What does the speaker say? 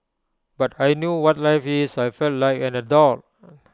but I knew what life is I felt like an adult